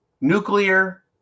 nuclear